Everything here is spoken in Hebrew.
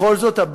בכל זאת,